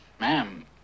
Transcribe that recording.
Ma'am